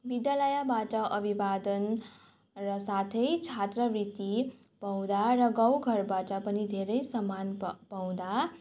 विद्यालयबाट अभिवादन र साथै छात्रवृति पाउँदा र गाउँघरबाट पनि धेरै सम्मान पाउँदा